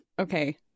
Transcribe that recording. Okay